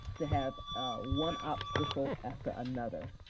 to have one obstacle after another.